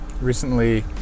recently